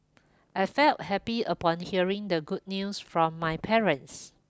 I felt happy upon hearing the good news from my parents